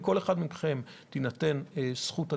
לכל אחד מכם תינתן זכות הדיבור.